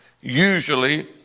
usually